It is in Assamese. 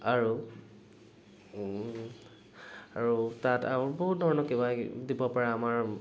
আৰু আৰু তাত আৰু বহুত ধৰণৰ কিবা কিবি দিব পৰা আমাৰ